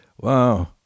Wow